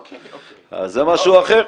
זה משהו אחר,